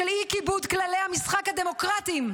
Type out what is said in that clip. של אי-כיבוד כללי המשחק הדמוקרטיים,